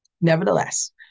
Nevertheless